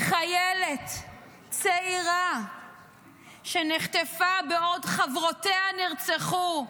חיילת צעירה שנחטפה בעוד חברותיה נרצחו,